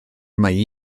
mai